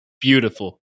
Beautiful